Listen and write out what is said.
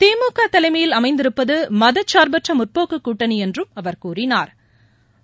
திமுக தலைமையில் அமைந்திருப்பது மதச்சாா்பற்ற முற்போக்குக் கூட்டணி என்றும் அவா் கூறினாா்